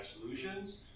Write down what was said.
solutions